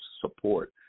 support